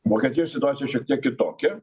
vokietijos situacija šiek tiek kitokia